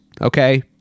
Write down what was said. Okay